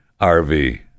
RV